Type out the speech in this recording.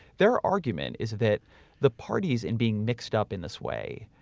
their argument is that the parties and being mixed up in this way,